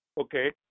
Okay